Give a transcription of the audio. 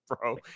bro